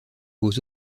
aux